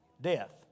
death